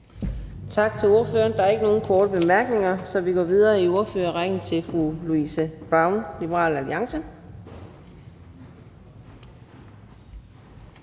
Tak til ordføreren. Der er ikke nogen korte bemærkninger, så vi går videre i ordførerrækken til fru Louise Brown, Liberal Alliance.